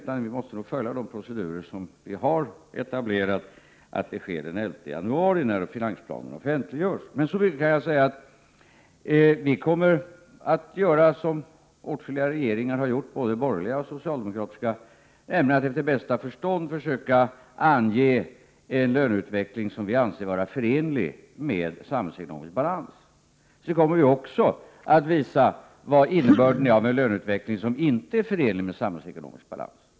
Jag måste följa de procedurer som vi etablerat och vänta till den 11 januari när finansplanen offentliggörs. Men så mycket kan jag säga att vi kommer att göra som åtskilliga regeringar gjort, både borgerliga och socialdemokratiska, nämligen att efter bästa förstånd försöka ange en löneutveckling som vi anser vara förenlig med samhällsekonomisk balans. Vi kommer också att visa vilken innebörden blir av en löneutveckling som inte är förenlig med samhällsekonomisk balans.